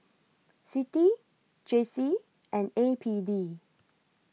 C I T I J C and A P D